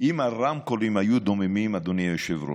אם הרמקולים היו דוממים, אדוני היושב-ראש,